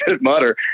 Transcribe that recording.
mutter